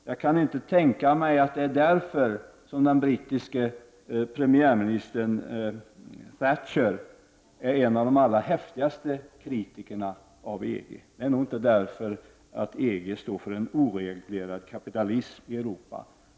Jag kan inte tänka mig att den brittiska premiärministern Thatcher är en av de allra häftigaste kritikerna av EG därför att EG står för en oreglerad kapitalism i Europa.